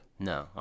No